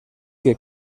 que